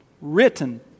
written